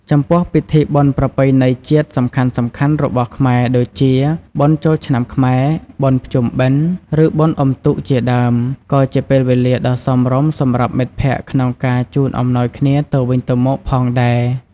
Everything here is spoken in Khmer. ចំពោះពិធីបុណ្យប្រពៃណីជាតិសំខាន់ៗរបស់ខ្មែរ ដូចជា បុណ្យចូលឆ្នាំខ្មែរ បុណ្យភ្ជុំបិណ្ឌ ឬបុណ្យអុំទូក ជាដើម ក៏ជាពេលវេលាដ៏សមរម្យសម្រាប់មិត្តភក្តិក្នុងការជូនអំណោយគ្នាទៅវិញទៅមកផងដែរ។